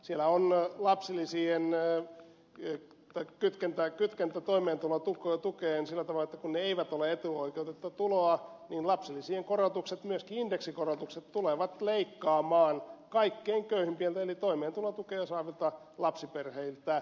siellä on lapsilisien kytkentä toimeentulotukeen sillä tavalla että kun ne eivät ole etuoikeutettua tuloa niin lapsilisien korotukset myöskin indeksikorotukset tulevat leikkaamaan kaikkein köyhimmiltä eli toimeentulotukea saavilta lapsiperheiltä